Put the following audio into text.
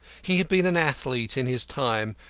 he had been an athlete in his time,